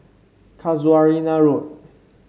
Casuarina Road